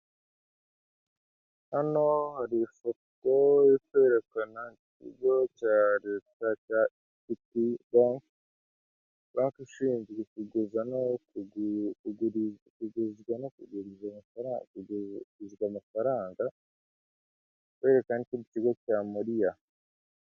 Hano hari ifoto iri kwerekana ikigo cya leta cya Equity bank. Banki ishinzwe kuguza no kuguriza amafaranga, barakwereka n'ikindi kigo cya MUA.